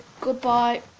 goodbye